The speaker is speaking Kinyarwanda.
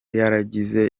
yaragize